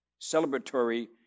celebratory